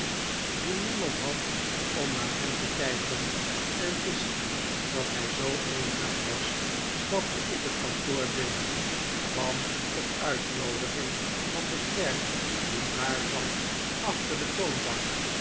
die niemand had om naar hem te kijken en te zien dat hij zoo eenzaam was stapte ik het kantoor binnen kwam op uitnoodiging van den klerk die daar zat achter de toonbank